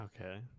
Okay